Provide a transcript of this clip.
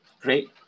great